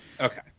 Okay